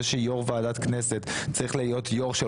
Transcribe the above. זה שיו"ר ועדת כנסת צריך להיות יו"ר של